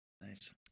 Nice